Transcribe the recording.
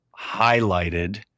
highlighted